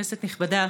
כנסת נכבדה,